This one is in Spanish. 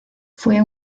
fue